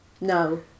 no